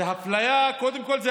זו אפליה, קודם כול.